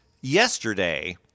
Yesterday